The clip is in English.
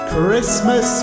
Christmas